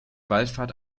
wallfahrt